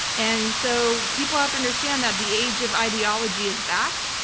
and so people have to understand that the age of ideology is back.